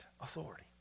authority